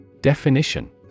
Definition